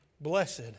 Blessed